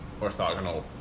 orthogonal